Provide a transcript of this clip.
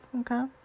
okay